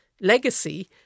legacy